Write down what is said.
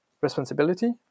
responsibility